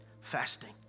Fasting